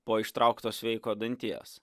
po ištraukto sveiko danties